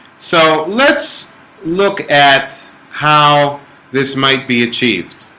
so let's look at how this might be achieved